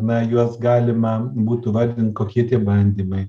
na juos galima būtų vardint kokie tie bandymai